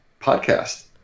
podcast